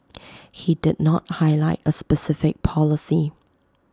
he did not highlight A specific policy